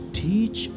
teach